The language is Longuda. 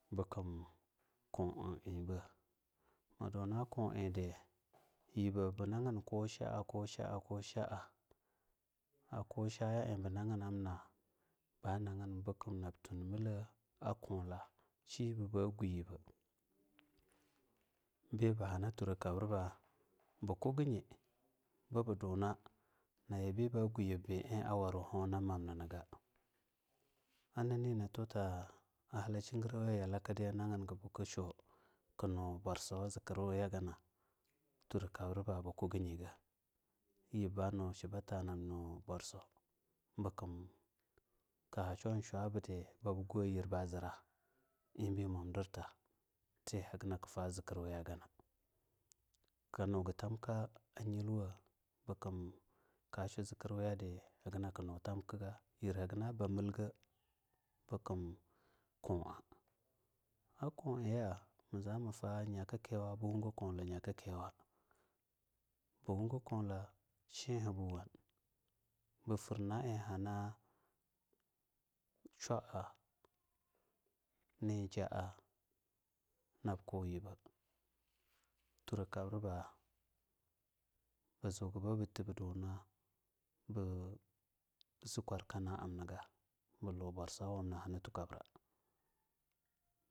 Ba komo koma enba ma duna kulda yiber bi nagin kusha kosha a-a kosha ie ba naginna ba nagin bunab tunmila kua shibe ba gu yibba behana tura kabribna ba kugi nyi bubu duni biba guyib be a warwu hunamanni ga anina tuta a halla shi gerakiya yabo nagingabu ku shuku nu borsawa ziki weyagana, trokabriba bukuginyi yib ba nu shiba ta nab no borso, bukum ka shwo shwabidi babi goa yira ba zira, ibi momdir ta ihanaku fa a zikirwiya gana kinuga tamka nyilwa bekumbu ka shu a zikir weyadi haganaku nu tamkiga, yir hagana ba milga, bukum ku a akulya mu za manuwu nyakiwa bu wugu kula nyakiwa ba wugu kula shiha ba wun ba fur nalhani shwaa nijaa nab ku yibe tro kabriba bu tigebe dunabu zee kurarka naamna ga bu lu borsowamna hani tu kabra.